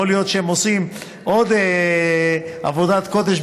יכול להיות שהם עושים עוד עבודת קודש,